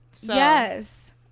Yes